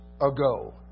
ago